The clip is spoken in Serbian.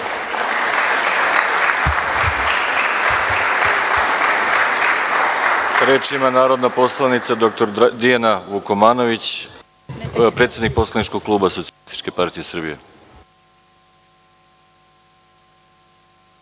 Reč ima narodna poslanica dr Dijana Vukomanović, predsednik poslaničkog kluba Socijalističke partije Srbije.